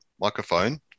microphone